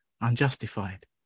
unjustified